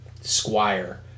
squire